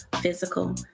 physical